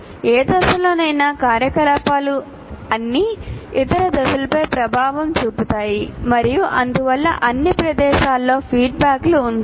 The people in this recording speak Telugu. ఏ దశలోనైనా కార్యకలాపాలు అన్ని ఇతర దశలపై ప్రభావం చూపుతాయి మరియు అందువల్ల అన్ని ప్రదేశాలలో ఫీడ్బ్యాక్లు ఉంటాయి